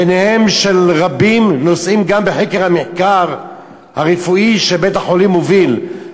ועיניהם של רבים נשואות גם למחקר הרפואי שבית-החולים מוביל,